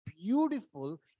beautiful